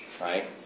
Right